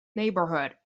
neighborhood